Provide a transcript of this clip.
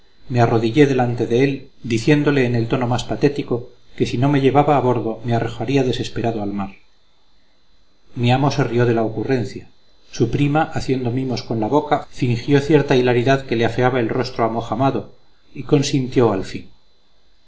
me arrodillé delante de él diciéndole en el tono más patético que si no me llevaba a bordo me arrojaría desesperado al mar mi amo se rió de la ocurrencia su prima haciendo mimos con la boca fingió cierta hilaridad que le afeaba el rostro amojamado y consintió al fin